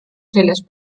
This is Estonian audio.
seljas